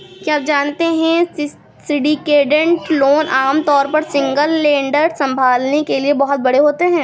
क्या आप जानते है सिंडिकेटेड लोन आमतौर पर सिंगल लेंडर संभालने के लिए बहुत बड़े होते हैं?